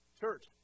Church